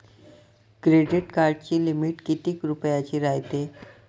Credit कार्डाची limit कितीक रुपयाची रायते?